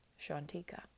Shantika